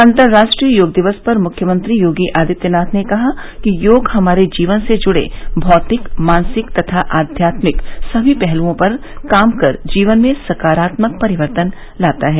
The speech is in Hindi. अंतर्राष्ट्रीय योग दिवस पर मुख्यमंत्री योगी आदित्यनाथ ने कहा कि योग हमारे जीवन से जुड़े भौतिक मानसिक तथा अध्यात्मिक सभी पहलुओं पर काम कर जीवन में सकारात्मक परिवर्तन लाता है